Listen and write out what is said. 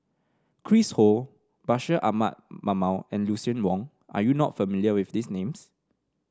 Chris Ho Bashir Ahmad Mallal and Lucien Wang are you not familiar with these names